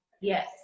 Yes